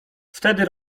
wtedy